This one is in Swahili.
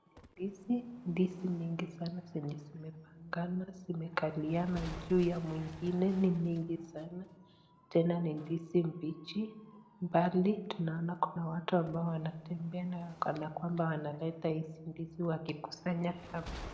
Ndizi, ndizi mingi sana zenye zimepangana, zimekaliana juu ya mwingine ni mingi sana, tena ni ndizi mbichi. Mbali tunaona kuna watu wanatembea kana kwamba wanalete hizi ndizi wakikusanya hapa.